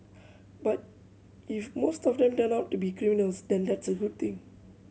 but if most of them turn out to be criminals then that's a good thing